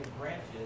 branches